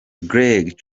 greg